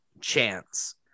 chance